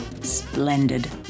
splendid